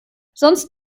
sonst